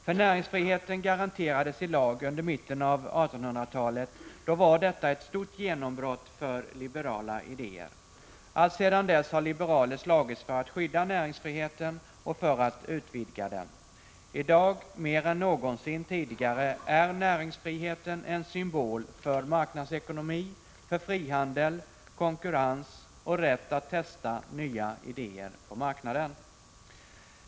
När näringsfriheten garanterades i lag i mitten av 1800-talet var detta ett stort genombrott för liberala idéer. Alltsedan dess har liberaler slagits för att skydda näringsfriheten och utvidga den. I dag mer än någonsin tidigare är näringsfriheten en symbol för marknadsekonomi, frihandel, konkurrens och rätt att testa nya idéer på marknaden.